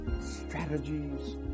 strategies